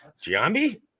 Giambi